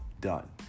done